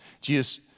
Jesus